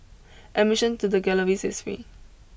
admission to the galleries is free